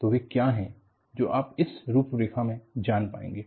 तो वे क्या हैं जो आप इस रूपरेखा से जान पाएंगे